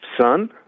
son